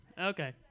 Okay